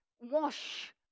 wash